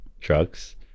trucks